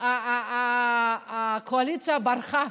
הקואליציה ברחה,